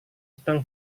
sedang